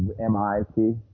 M-I-T